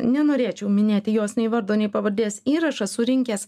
nenorėčiau minėti jos nei vardo nei pavardės įrašas surinkęs